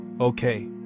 Okay